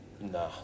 Nah